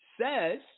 says